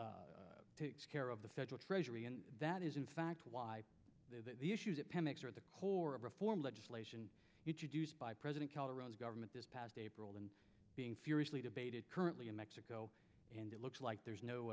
takes care of the federal treasury and that is in fact why the issues that pemex are the core of reform legislation introduced by president calderon's government this past april and being furiously debated currently in mexico and it looks like there is no